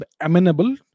amenable